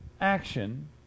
action